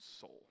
soul